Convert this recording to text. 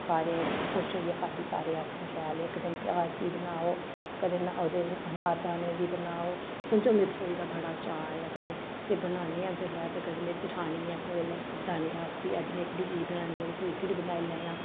सारें खुश होइयै खाद्दी सारे आखन शैल इक दिन प्याज दी बनाओ कदें ओह्दे अनार दाने दी बनाओ समझो मेरी रसोई दा बड़ा चाऽ ऐ बड़े ते बन्नाने आं जेल्लै ते कदें मेरी जठानी ऐ कोल जठानी आखदी अज्ज में एकड़ी चीज बनानी ऐ तू एकड़ी बनाई लैएआं